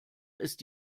ist